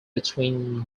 between